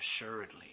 assuredly